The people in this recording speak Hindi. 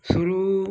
शुरू